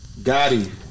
Gotti